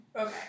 Okay